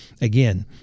again